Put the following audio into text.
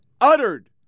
uttered